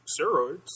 steroids